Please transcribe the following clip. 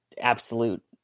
absolute